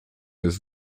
jest